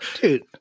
Dude